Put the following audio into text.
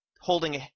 holding